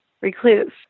recluse